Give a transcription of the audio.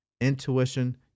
intuition